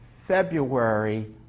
February